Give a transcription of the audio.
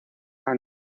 han